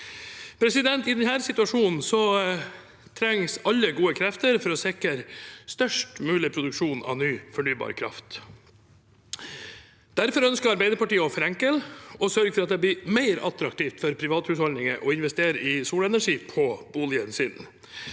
I denne situasjonen trengs alle gode krefter for å sikre størst mulig produksjon av ny fornybar kraft. Derfor ønsker Arbeiderpartiet å forenkle og sørge for at det blir mer attraktivt for privathusholdninger å investere i solenergi på boligen sin.